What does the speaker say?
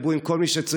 דברו עם כל מי שצריך,